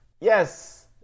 yes